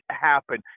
happen